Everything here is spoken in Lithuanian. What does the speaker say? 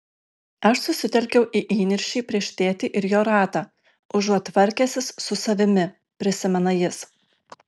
aš susitelkiau į įniršį prieš tėtį ir jo ratą užuot tvarkęsis su savimi prisimena jis